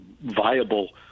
viable